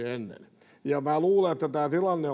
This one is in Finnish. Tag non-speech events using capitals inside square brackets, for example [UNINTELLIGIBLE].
[UNINTELLIGIBLE] ennen minä luulen tai tiedän että tämä tilanne [UNINTELLIGIBLE]